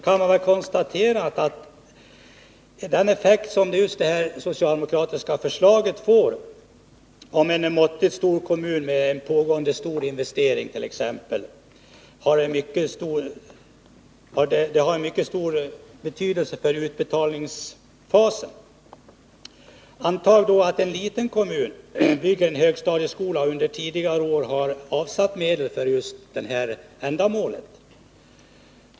Man kan väl konstatera att det socialdemokratiska förslaget får en mycket stor betydelse för utbetalningsfasen, om t.ex. en måttligt stor kommun har en pågående stor investering. Antag att en liten kommun bygger en högstadieskola och under tidigare år har avsatt medel för det ändamålet.